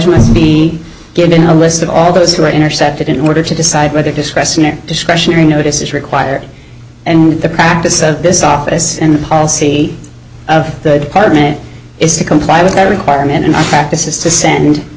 must be given a list of all those who are intercepted in order to decide whether discretionary discretionary notice is required and the practice of this office and the policy of the department is to comply with that requirement and practice is to send